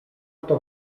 kto